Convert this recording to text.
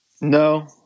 No